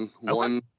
One